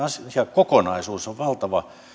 asiakokonaisuus on